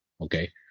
okay